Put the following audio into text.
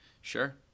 Sure